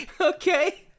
Okay